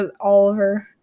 Oliver